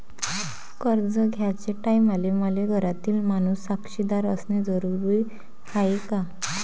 कर्ज घ्याचे टायमाले मले घरातील माणूस साक्षीदार असणे जरुरी हाय का?